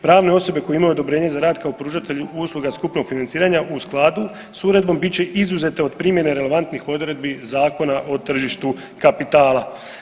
Pravne osobe koje imaju odobrenje za rad kao pružatelji usluga skupnog financiranja u skladu sa uredbom bit će izuzete od primjene relevantnih odredbi Zakona o tržištu kapitala.